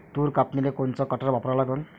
तूर कापनीले कोनचं कटर वापरा लागन?